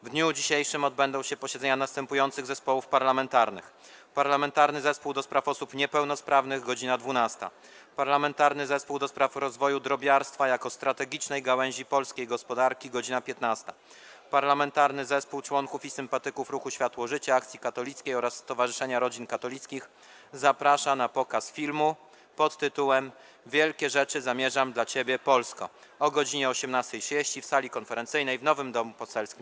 W dniu dzisiejszym odbędą się posiedzenia następujących zespołów parlamentarnych: - Parlamentarnego Zespołu ds. Osób Niepełnosprawnych - godz. 12, - Parlamentarnego Zespołu ds. rozwoju drobiarstwa jako strategicznej gałęzi polskiej gospodarki - godz. 15. Parlamentarny Zespół Członków i Sympatyków Ruchu Światło-Życie, Akcji Katolickiej oraz Stowarzyszenia Rodzin Katolickich zaprasza na pokaz filmu pt. „Wielkie rzeczy zamierzam dla Ciebie Polsko” o godz. 18.30 w sali konferencyjnej w nowym Domu Poselskim.